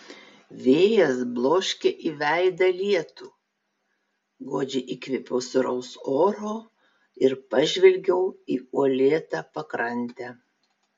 vėjas bloškė į veidą lietų godžiai įkvėpiau sūraus oro ir pažvelgiau į uolėtą pakrantę